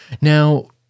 Now